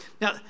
Now